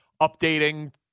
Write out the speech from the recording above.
updating